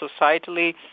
societally